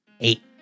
eight